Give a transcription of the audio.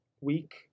week